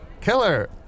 Killer